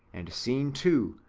and seen, too,